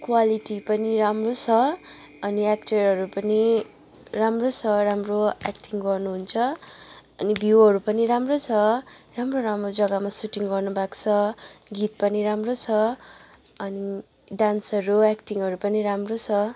quality पनि राम्रो छ अनि एक्टरहरू पनि राम्रो छ राम्रो एक्टिङ गर्नुहुन्छ अनि भ्यूहरू पनि राम्रो छ राम्रो राम्रो जग्गामा सुटिङ गर्नुभएको छ गीत पनि राम्रो छ अनि डान्सहरू एक्टिङहरू पनि राम्रो छ